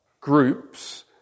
groups